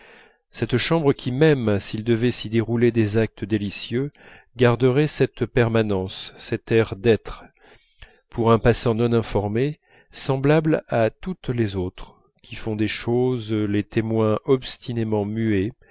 cette chambre qui même s'il devait s'y dérouler des actes délicieux garderait cette permanence cet air d'être pour un passant non informé semblable à toutes les autres qui font des choses les témoins obstinément muets